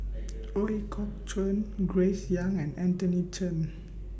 Ooi Kok Chuen Grace Young and Anthony Chen